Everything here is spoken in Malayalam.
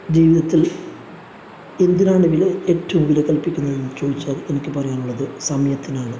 ജീവിതത്തിൽ എന്തിനാണ് വില ഏറ്റോം വില കൽപ്പിക്കുന്നതെന്ന് ചോദിച്ചാൽ എനിക്ക് പറയാനുള്ളത് സമയത്തിനാണ്